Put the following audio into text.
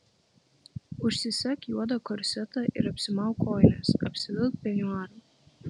užsisek juodą korsetą ir apsimauk kojines apsivilk peniuarą